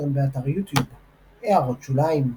סרטון באתר יוטיוב == הערות שוליים ==